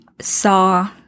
Saw